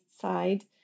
side